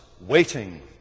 waiting